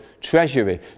treasury